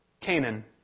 Canaan